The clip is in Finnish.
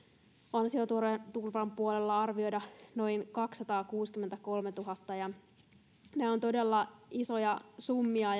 ansioturvan puolella arvioida noin kaksisataakuusikymmentäkolmetuhatta ne ovat todella isoja summia